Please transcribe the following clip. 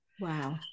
wow